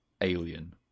alien